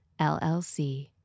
LLC